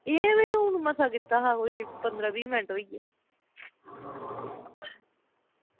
एह् ते हून मसां कीता हा कोई पंदरां बीह् मिंट्ट होई गे